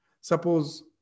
suppose